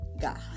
God